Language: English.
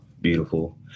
Beautiful